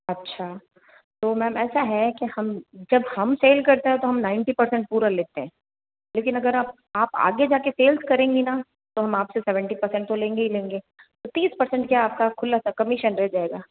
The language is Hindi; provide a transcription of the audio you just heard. अच्छा तो मैम ऐसा है कि हम जब हम सेल करते हैं तो हम नाइनटी परसेंट पूरा लेते हैं लेकिन अगर आप आप आगे जाकर सेल करेंगी ना तो हम आपसे सेवेंटी परसेंट तो लेंगे ही लेंगे तो तीस परसेंट का आपका खुलासा कमीशन रह जाएगा